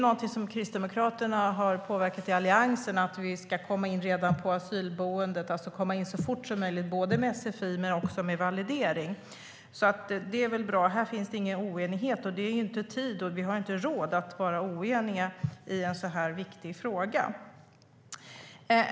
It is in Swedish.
Någonting som Kristdemokraterna har påverkat i Alliansen är att vi ska komma in redan på asylboendet, alltså komma in så fort som möjligt både med sfi och med validering. Det är väl bra. Här finns ingen oenighet - vi har inte tid och inte råd att vara oeniga i en så här viktig fråga.